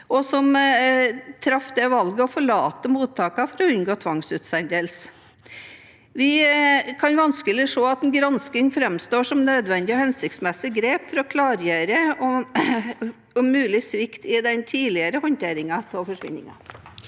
og som traff et valg om å forlate mottakene for å unngå tvangsutsendelse. Vi kan vanskelig se at en granskning framstår som et nødvendig og hensiktsmessig grep for å klargjøre mulig svikt i den tidligere håndteringen av forsvinninger.